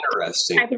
interesting